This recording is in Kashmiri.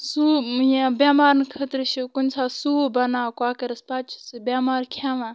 سُہ یا بٮ۪مارَن خٲطرٕ چھِ کُنہِ ساتہٕ سوٗپ بناوان کۄکرَس پَتہٕ چھِ سُہ بٮ۪مار کھیٚوان